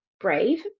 brave